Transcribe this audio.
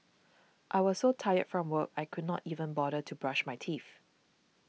I was so tired from work I could not even bother to brush my teeth